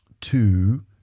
two